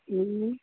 હમ